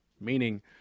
meaning